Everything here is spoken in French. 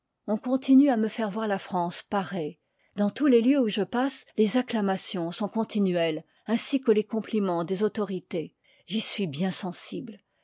on continue à me faire voir la france parée dans tous les lieux où je passe les acclamations sont continuelles ainsi que les complimens des autorités j'y suis bien sensible